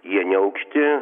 jie neaukšti